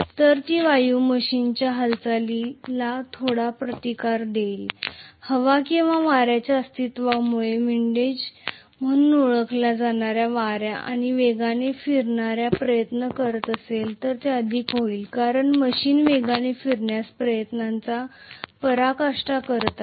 तर ती वायु मशीनच्या हालचालीला थोडा प्रतिकार देईल हवा किंवा वाऱ्याच्या अस्तित्वामुळे विंडीज म्हणून ओळखल्या जाणाऱ्या वारा आणि वेगाने फिरण्यासाठी प्रयत्न करत असल्यास हे अधिक होईल कारण मशीन वेगाने फिरण्यास प्रयत्नांची पराकाष्ठा करीत आहे